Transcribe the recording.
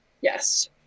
Yes